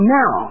now